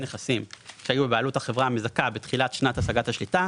נכסים שהיו בבעלות החברה המזכה בתחילת שנת השגת השליטה,